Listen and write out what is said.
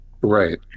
right